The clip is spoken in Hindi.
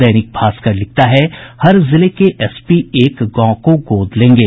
दैनिक भास्कर लिखता है हर जिले के एसपी एक गांव को गोद लेंगे